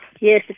Yes